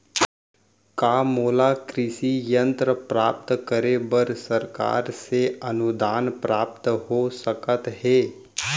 का मोला कृषि यंत्र प्राप्त करे बर सरकार से अनुदान प्राप्त हो सकत हे?